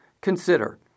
consider